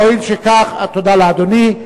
הואיל וכך, תודה לאדוני.